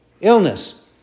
illness